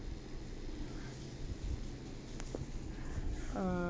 uh